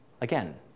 Again